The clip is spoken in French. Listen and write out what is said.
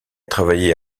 travaillé